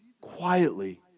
quietly